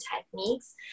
techniques